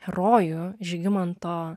herojų žygimanto